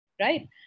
right